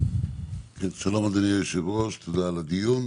שלום אדוני היושב-ראש, תודה על הדיון,